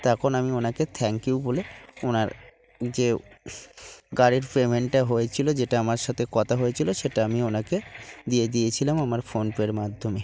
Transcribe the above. তখন আমি ওনাকে থ্যাঙ্ক ইউ বলে ওনার যে গাড়ির পেমেন্টটা হয়েছিল যেটা আমার সাথে কথা হয়েছিল সেটা আমি ওনাকে দিয়ে দিয়েছিলাম আমার ফোন পের মাধ্যমে